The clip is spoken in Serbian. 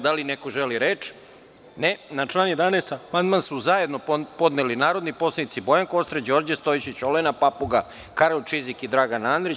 Da li neko želi reč? (Ne.) Na član 11. amandman su zajedno podneli narodni poslanici Bojan Kostreš, Đorđe Stojšić, Olena Papuga, Karolj Čizik i Dragan Andrić.